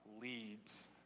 leads